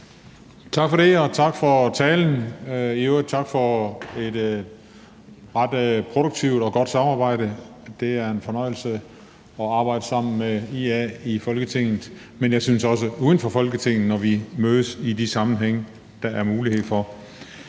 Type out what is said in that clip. Tak for det, og tak for talen, og i øvrigt tak for et ret produktivt og godt samarbejde. Det er en fornøjelse at arbejde sammen med IA i Folketinget, men også uden for Folketinget, synes jeg, når vi mødes i de sammenhænge, der er mulighed for